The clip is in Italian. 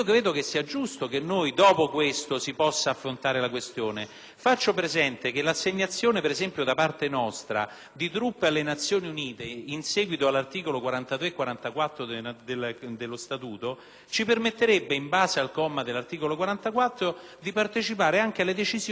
di truppe alle Nazioni Unite, in seguito agli articoli 43 e 44 dello Statuto ONU, ci permetterebbe in base ad un comma dell'articolo 44 di partecipare anche alle decisioni del Consiglio di sicurezza, in quanto direttamente interessati, anche quando non vi facessimo parte per la forma temporanea.